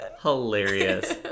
hilarious